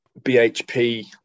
BHP